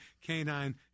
canine